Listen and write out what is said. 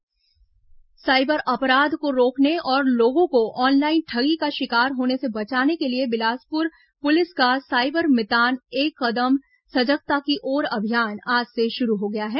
cyber Mitan योजना cyber अपराध को रोकने और लोगों को ऑनलाइन ठगी का शिकार होने से बचाने के लिए बिलासपुर पुलिस का साइबर मितान एक कदम सजगता की ओर अभियान आज से शुरू हो गया है